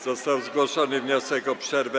Został zgłoszony wniosek o przerwę.